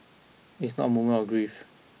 it's not a moment of grief